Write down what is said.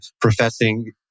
professing